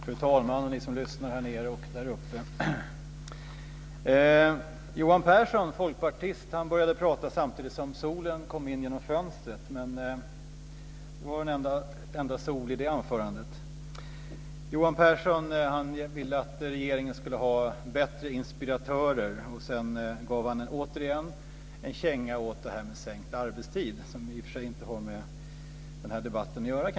Fru talman! Ni som lyssnar här i kammaren och uppe på läktaren! Johan Pehrson, folkpartist, började tala samtidigt som solen sken in genom fönstret, men det var väl det enda soliga i det anförandet. Johan Pehrson ville att regeringen skulle ha bättre inspiratörer. Sedan gav han återigen en känga åt detta med sänkt arbetstid, som i och för sig kanske inte har med den här debatten att göra.